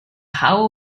howell